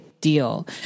Deal